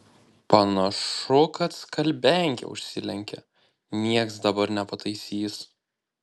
panašu kad skalbiankė užsilenkė nieks dabar nepataisys